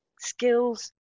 skills